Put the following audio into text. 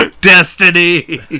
Destiny